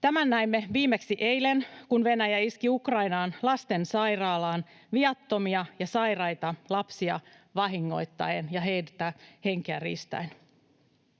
Tämän näimme viimeksi eilen, kun Venäjä iski Ukrainaan lastensairaalaan viattomia ja sairaita lapsia vahingoittaen ja heiltä henkiä riistäen.